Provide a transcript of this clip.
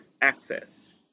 access